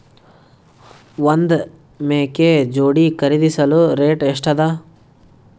ಒಂದ್ ಮೇಕೆ ಜೋಡಿ ಖರಿದಿಸಲು ರೇಟ್ ಎಷ್ಟ ಅದ?